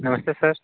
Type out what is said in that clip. नमस्ते सर